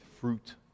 fruit